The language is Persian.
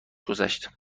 گذشت